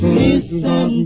listen